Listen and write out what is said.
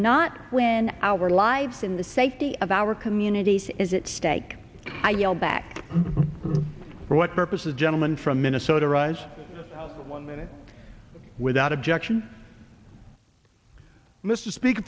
not when our lives in the safety of our communities is its stake i yell back for what purpose of gentleman from minnesota arise one minute without objection mr speak